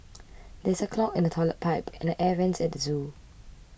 there is a clog in the Toilet Pipe and the Air Vents at the zoo